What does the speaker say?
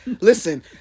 listen